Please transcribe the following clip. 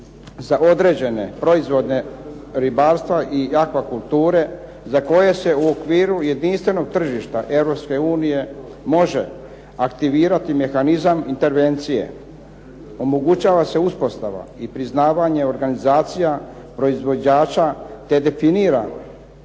za određene proizvode ribarstva i aqua kulture, za koje se u okviru jedinstvenog tržišta Europske unije može aktivirati mehanizam intervencije, omogućava se uspostava i priznavanje organizacija proizvođača, te definira